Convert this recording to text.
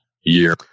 year